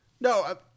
No